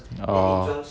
orh